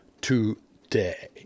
today